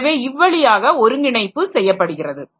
எனவே இவ்வழியாக ஒருங்கிணைப்பு செய்யப்படுகிறது